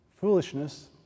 foolishness